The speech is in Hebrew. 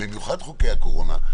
במיוחד חוקי הקורונה,